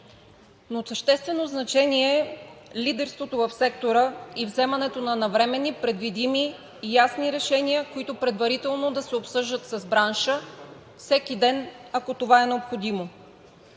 от съществено значение е лидерството в сектора и вземането на навременни, предвидими и ясни решения, които предварително да се обсъждат с бранша всеки ден, ако това е необходимо.